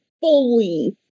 fully